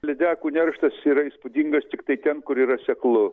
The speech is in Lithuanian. lydekų nerštas yra įspūdingas tiktai ten kur yra seklu